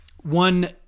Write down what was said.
One